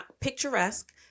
picturesque